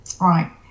Right